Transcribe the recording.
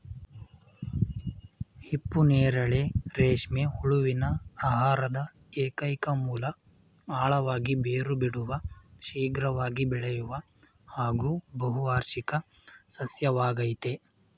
ಹಿಪ್ಪುನೇರಳೆ ರೇಷ್ಮೆ ಹುಳುವಿನ ಆಹಾರದ ಏಕೈಕ ಮೂಲ ಆಳವಾಗಿ ಬೇರು ಬಿಡುವ ಶೀಘ್ರವಾಗಿ ಬೆಳೆಯುವ ಹಾಗೂ ಬಹುವಾರ್ಷಿಕ ಸಸ್ಯವಾಗಯ್ತೆ